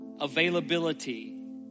availability